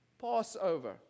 Passover